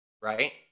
right